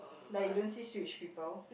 like you don't see Switch people